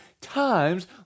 times